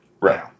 Right